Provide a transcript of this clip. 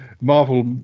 marvel